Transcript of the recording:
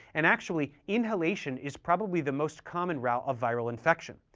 and actually, inhalation is probably the most common route of viral infection.